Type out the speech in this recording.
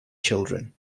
children